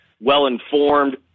well-informed